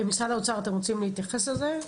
משרד האוצר, אתם רוצים להתייחס לזה?